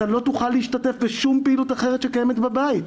אתה לא תוכל להשתתף בשום פעילות אחרת שקיימת בבית.